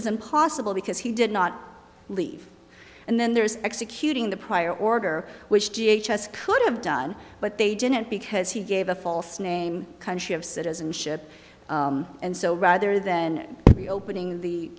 is impossible because he did not leave and then there's executing the prior order which th us could have done but they didn't because he gave a false name country of citizenship and so rather than be opening